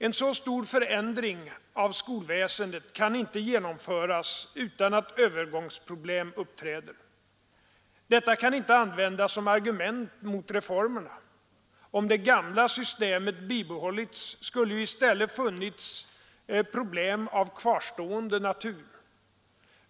En så stor förändring av skolväsendet kan inte genomföras utan att övergångsproblem uppträder. Detta kan inte användas som argument mot reformerna. Om det gamla systemet bibehållits skulle ju i stället funnits problem av kvarstående natur.